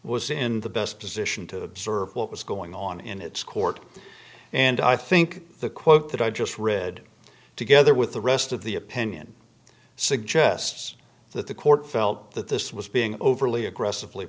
was in the best position to observe what was going on in its court and i think the quote that i just read together with the rest of the opinion suggests that the court felt that this was being overly aggressively